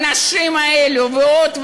האנשים האלה ועוד,